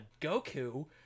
Goku